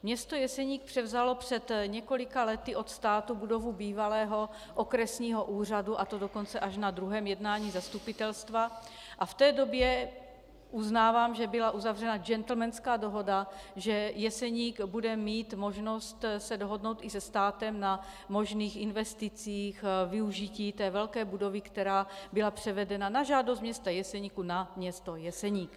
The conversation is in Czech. Město Jeseník převzalo před několika lety od státu budovu bývalého okresního úřadu, a to dokonce až na druhém jednání zastupitelstva, a v té době, uznávám, že byla uzavřena gentlemanská dohoda, že Jeseník bude mít možnost se dohodnout i se státem na možných investicích využití velké budovy, která byla převedena na žádost města Jeseníku na město Jeseník.